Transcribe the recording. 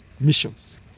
missions